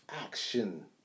action